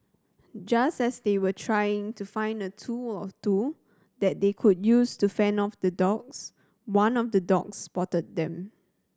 just as they were trying to find a tool or two that they could use to fend off the dogs one of the dogs spotted them